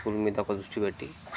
school మీద కొంత దృష్టి పెట్టి